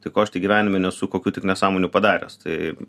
tai ko aš tik gyvenime nesu kokių tik nesąmonių padaręs tai